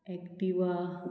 Activa